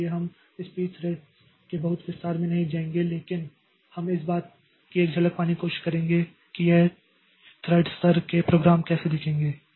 इसलिए हम इस Pthreads के बहुत विस्तार में नहीं जाएंगे लेकिन हम इस बात की एक झलक पाने की कोशिश करेंगे कि यह थ्रेड स्तर के प्रोग्राम कैसे दिखेंगे